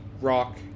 rock